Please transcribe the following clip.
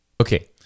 Okay